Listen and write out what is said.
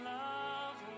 love